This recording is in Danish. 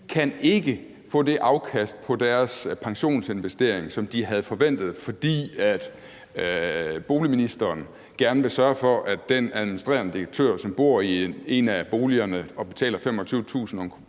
kan ikke få det afkast på deres pensionsinvestering, som de havde forventet, fordi boligministeren gerne vil sørge for, at den administrerende direktør, som bor i en af boligerne og betaler 25.000 kr.